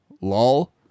lol